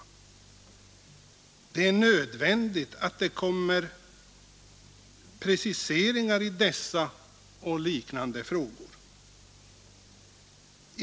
— Det är nödvändigt att de kommer med preciseringar i dessa och liknande frågor.